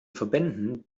verbänden